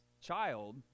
child